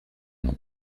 nom